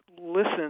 listen